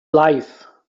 life